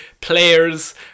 players